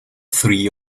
three